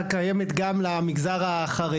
כמו שציינת התוכנית קיימת גם למגזר החרדי,